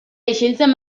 isiltzen